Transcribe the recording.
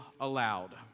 aloud